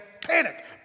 panic